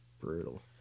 Brutal